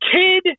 kid